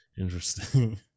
Interesting